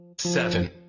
seven